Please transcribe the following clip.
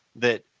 that